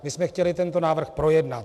My jsme chtěli tento návrh projednat.